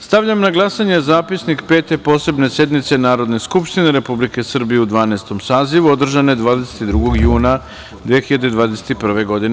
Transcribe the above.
Stavljam na glasanje zapisnik Pete posebne sednice Narodne skupštine Republike Srbije u Dvanaestom sazivu održane 22. juna 2021. godine.